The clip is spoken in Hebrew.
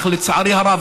אך לצערי הרב,